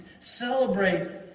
celebrate